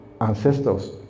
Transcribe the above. ancestors